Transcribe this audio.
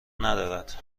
ندارد